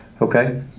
Okay